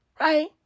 Right